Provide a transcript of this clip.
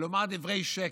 ולומר דברי שקר?